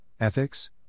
Ethics